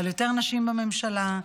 על יותר נשים בממשלה,